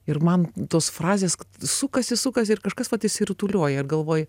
ir man tos frazės sukasi sukasi ir kažkas vat išsirutulioja ir galvoji